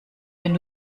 wenn